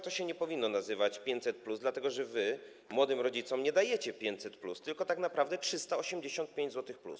To się nie powinno nazywać 500+, dlatego że wy młodym rodzicom nie dajecie 500+, tylko tak naprawdę dajecie 385 zł+.